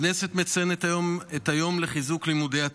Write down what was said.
הכנסת מציינת היום את היום לחיזוק לימודי התנ"ך.